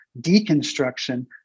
deconstruction